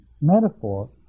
metaphor